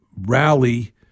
rally